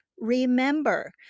Remember